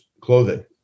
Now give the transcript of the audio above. clothing